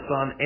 Son